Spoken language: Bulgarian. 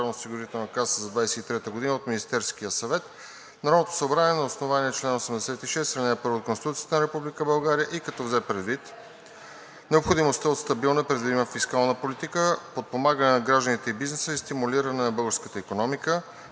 здравноосигурителна каса за 2023 г. от Министерския съвет Народното събрание на основание чл. 86, ал. 1 от Конституцията на Република България и като взе предвид: - необходимостта от стабилна и предвидима фискална политика, подпомагане на гражданите и бизнеса и стимулиране на българската икономика;